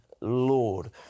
Lord